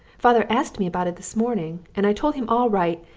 father ast me about it this morning, and i told him all right,